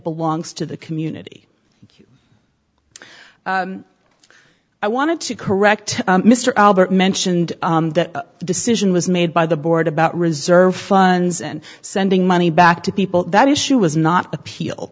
belongs to the community i wanted to correct mr albert mentioned that the decision was made by the board about reserve funds and sending money back to people that issue was not appeal